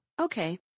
Okay